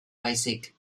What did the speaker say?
baizik